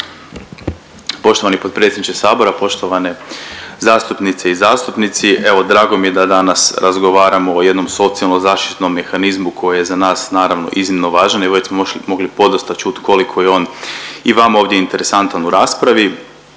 Poštovani predsjedniče Sabora, poštovane zastupnice i zastupnici. Evo drago mi je da danas razgovaramo o jednom socijalno zaštitnom mehanizmu koji je za nas, naravno, iznimno važan i već smo mogli podosta čuti koliko je on i vama ovdje interesantan u raspravi,